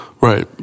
right